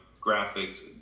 graphics